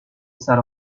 sale